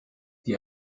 die